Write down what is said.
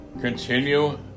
continue